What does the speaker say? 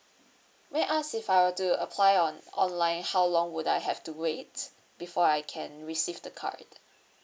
may I ask if I were to apply on online how long would I have to wait before I can receive the card